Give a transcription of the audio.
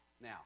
Now